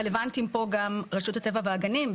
רלוונטיים פה גם רשות הטבע והגנים,